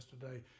Yesterday